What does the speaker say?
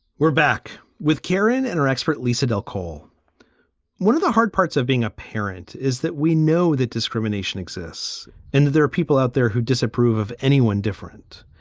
we're back with karen and her expert, lisa l'ecole. one of the hard parts of being a parent is that we know the discrimination exists and there are people out there who disapprove of anyone different.